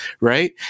right